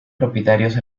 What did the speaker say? propietarios